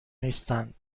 نیستند